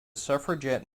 suffragette